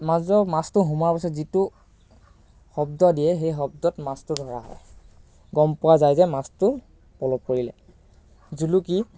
মাছৰ মাছটো সোমোৱাৰ পিছত যিটো শব্দ দিয়ে সেই শব্দত মাছটো ধৰা হয় গম পোৱা যায় যে মাছটোৰ পলত পৰিলে জুলুকি